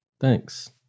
Thanks